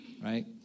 Right